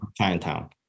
Chinatown